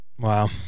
wow